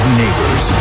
neighbors